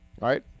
right